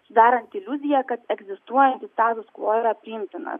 sudarant iliuziją kad egzistuojanti status kvo yra priimtinas